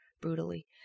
brutally